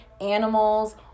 animals